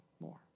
more